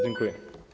Dziękuję.